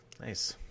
Nice